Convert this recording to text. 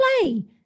play